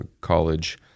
college